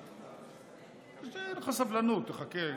שתהיה לך סבלנות, תחכה,